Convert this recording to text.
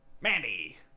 Mandy